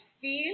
feel